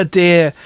dear